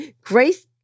Grace